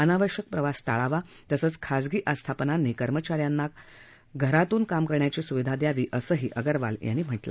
अनावश्यक प्रवास टाळावा तसंच खाजगी आस्थापनांनी कर्मचा यांना घरातून काम करण्याची सुविधा द्यावी असंही अगरवाल यांनी सांगितलं